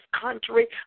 country